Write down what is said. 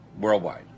worldwide